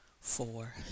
four